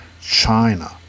China